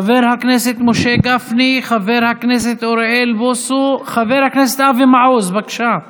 חבר הכנסת אמיר אוחנה, חברת הכנסת רות וסרמן לנדה,